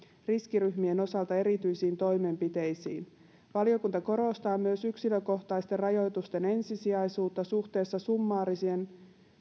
riskiryhmien osalta erityisiin toimenpiteisiin valiokunta korostaa myös yksilökohtaisten rajoitusten ensisijaisuutta suhteessa summaarisiin